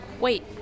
Wait